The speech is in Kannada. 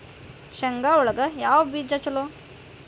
ಶೇಂಗಾ ಒಳಗ ಯಾವ ಬೇಜ ಛಲೋ?